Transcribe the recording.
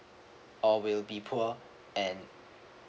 or will be poor and